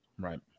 right